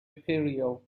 imperial